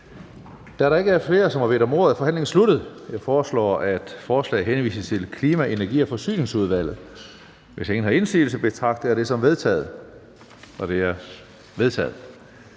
Da der ikke er flere, som har bedt om ordet, er forhandlingen sluttet. Jeg foreslår, at forslaget til folketingsbeslutning henvises til Klima-, Energi- og Forsyningsudvalget. Hvis ingen gør indsigelse, betragter jeg det som vedtaget. Det er vedtaget.